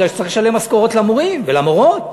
כי צריך לשלם משכורות למורים ולמורות.